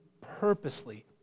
purposely